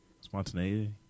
Spontaneous